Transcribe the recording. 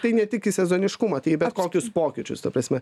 tai ne tik į sezoniškumą tai į bet kokius pokyčius ta prasme